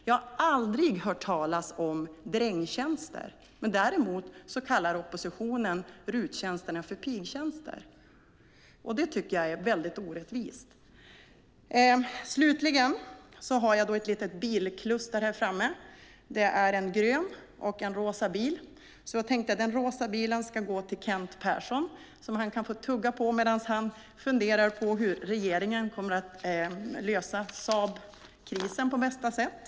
Jag har aldrig hört talas om drängtjänster, men däremot kallar oppositionen RUT-tjänsterna för pigtjänster. Det tycker jag är väldigt orättvist. Slutligen har jag ett litet bilkluster här framme. Det är en grön och en rosa bil. Jag tänkte att den rosa bilen ska gå till Kent Persson. Den kan han få tugga på medan han funderar på hur regeringen kommer att lösa Saabkrisen på bästa sätt.